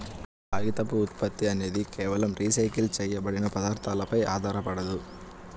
కాగితపు ఉత్పత్తి అనేది కేవలం రీసైకిల్ చేయబడిన పదార్థాలపై ఆధారపడదు